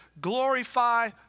glorify